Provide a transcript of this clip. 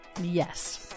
Yes